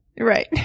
Right